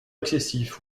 excessif